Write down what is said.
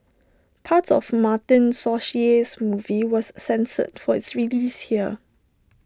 parts of Martin Scorsese's movie was censored for its release here